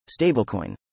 stablecoin